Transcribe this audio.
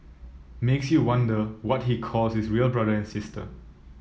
makes you wonder what he calls his real brother and sister